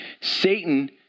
Satan